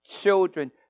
children